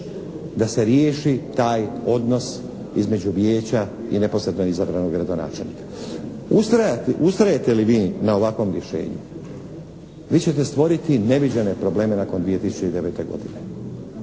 da se riješi taj odnos između vijeća i neposredno izabranog gradonačelnika. Ustrajati, ustrajete li vi na ovakvom rješenju vi ćete stvoriti neviđene probleme nakon 2009. godine